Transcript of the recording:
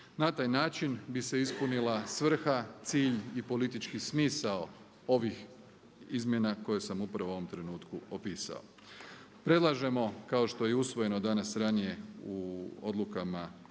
Na taj način bi se ispunila svrha, cilj i politički smisao ovih izmjena koje sam upravo u ovom trenutku opisao. Predlažemo kao što je i usvojeno danas ranije u odlukama